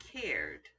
cared